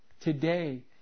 today